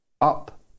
up